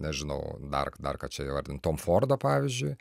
nežinau dar ką čia ar ten tom fordo pavyzdžiui